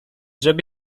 żeby